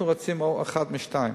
אנחנו רוצים אחת משתיים: